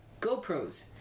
GoPros